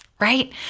right